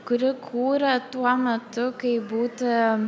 kuri kūrė tuo metu kai būti